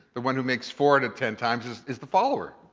the one who makes four to ten times is is the follower.